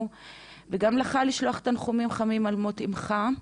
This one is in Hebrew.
וגם לך לשלוח תנחומים חמים על מות אימך,